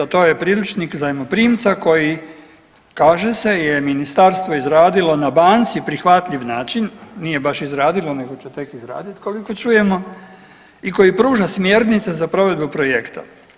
To je priručnik zajmoprimca koji kaže se, ministarstvo je izradilo na banci prihvatljiv način, nije baš izradilo nego će tek izraditi koliko čujemo i koji pruža smjernice za provedbu projekta.